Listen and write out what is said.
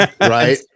Right